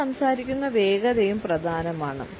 നമ്മൾ സംസാരിക്കുന്ന വേഗതയും പ്രധാനമാണ്